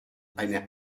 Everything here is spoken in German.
eine